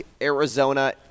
Arizona